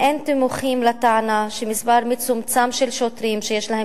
אין תימוכין לטענה שמספר מצומצם של שוטרים שיש להם